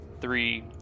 three